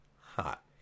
hot